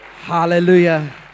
Hallelujah